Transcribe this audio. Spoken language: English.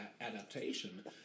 adaptation